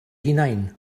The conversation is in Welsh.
hunain